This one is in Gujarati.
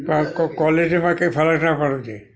પણ કો કો કોલેટીમાં કંઈ ફરક ન પડવો જોઈએ